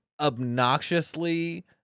obnoxiously